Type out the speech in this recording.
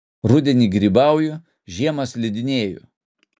rudenį grybauju žiemą slidinėju